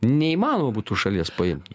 neįmanoma būtų šalies paimt